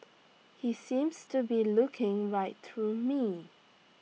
he seems to be looking right through me